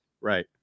Right